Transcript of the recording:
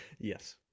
yes